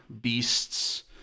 beasts